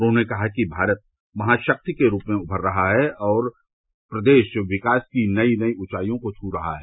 उन्होंने कहा कि भारत महाशक्ति के रूप में उमर रहा है और प्रदेश विकास की नई नई ऊँचाइयों को छू रहा है